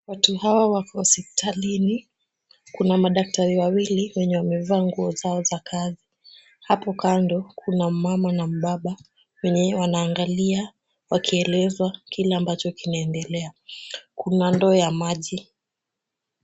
Watu hawa wako hospitalini. Kuna madaktari wawili wenye wamevaa nguo zao za kazi. Hapo kando kuna mmama na mbaba wenye wanaangalia wakielezwa kile ambacho kinaendelea. Kuna ndoo ya maji.